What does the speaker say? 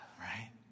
right